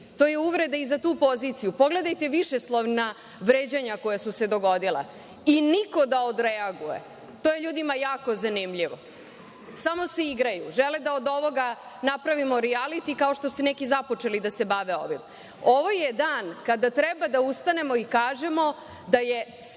To je uvreda i za tu poziciju. Pogledajte višeslovna vređanja koja su se dogodila, i niko da ne odreaguje. To je ljudima jako zanimljivo. Samo se igraju, žele da od ovoga napravimo rijaliti, kao što su neki započeli da se bave ovim. Ovo je dan kada treba da ustanemo i kažemo da je